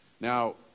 Now